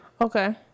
okay